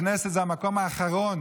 הכנסת זה המקום האחרון